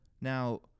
now